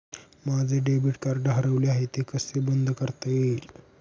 माझे debit card हरवले आहे ते कसे बंद करता येईल?